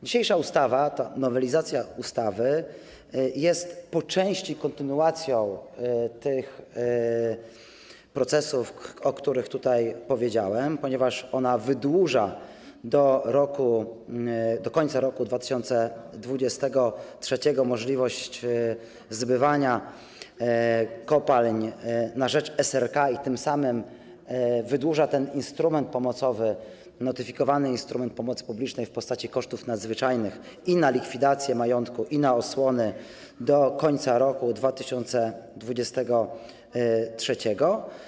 Dzisiejsza nowelizacja ustawy jest po części kontynuacją tych procesów, o których tutaj powiedziałem, ponieważ ona wydłuża do końca roku 2023 możliwość zbywania kopalń na rzecz SRK i tym samym wydłuża ten instrument pomocowy, notyfikowany instrument pomocy publicznej w postaci kosztów nadzwyczajnych, i na likwidację majątku, i na osłonę, do końca roku 2023.